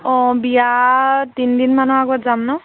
অঁ বিয়া তিনিদিনমানৰ আগত যাম ন